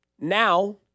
Now